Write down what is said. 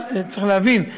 אבל צריך להבין,